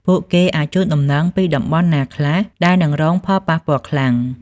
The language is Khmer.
ពួកគេអាចជូនដំណឹងពីតំបន់ណាខ្លះដែលនឹងរងផលប៉ះពាល់ខ្លាំង។